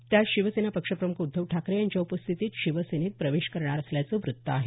त्या आज शिवसेना पक्षप्रमुख उद्धव ठाकरे यांच्या उपस्थीतीत शिवसेनेत प्रवेश करणार असल्याचं वृत्त आहे